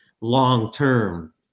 long-term